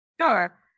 Sure